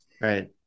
Right